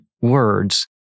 words